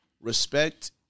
respect